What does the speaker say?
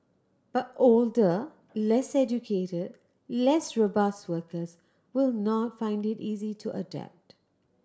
but older less educated less robust workers will not find it easy to adapt